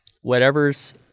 whatever's